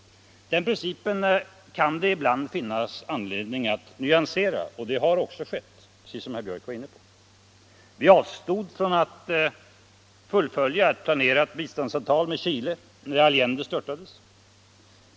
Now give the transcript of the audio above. Den principen kan det ibland finnas anledning att nyansera och det har också skett, precis som herr Björck var inne på. Vi avstod från att fullfölja ett planerat biståndsavtal med Chile när Allende störtades.